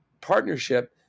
partnership